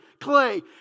clay